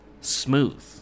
smooth